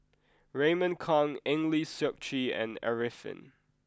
Raymond Kang Eng Lee Seok Chee and Arifin